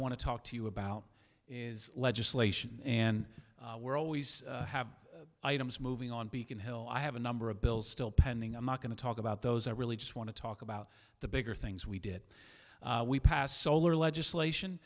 want to talk to you about is legislation and we're always have items moving on beacon hill i have a number of bills still pending i'm not going to talk about those i really just want to talk about the bigger things we did we passed solar legislation